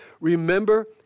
Remember